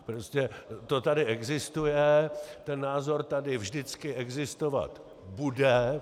Prostě to tady existuje, ten názor tady vždycky existovat bude.